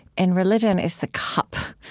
and religion is the cup,